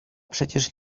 przecież